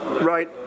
right